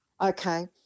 Okay